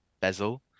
bezel